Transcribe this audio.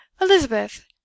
Elizabeth